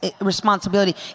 responsibility